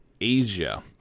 Asia